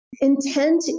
Intent